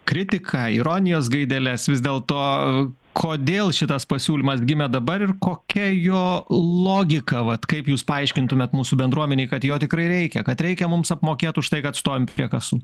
kritiką ironijos gaideles vis dėlto kodėl šitas pasiūlymas gimė dabar ir kokia jo logika vat kaip jūs paaiškintumėt mūsų bendruomenei kad jo tikrai reikia kad reikia mums apmokėt už tai kad stovim prie kasų